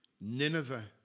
Nineveh